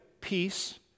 peace